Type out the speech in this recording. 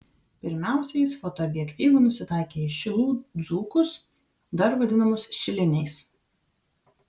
pirmiausia jis fotoobjektyvu nusitaikė į šilų dzūkus dar vadinamus šiliniais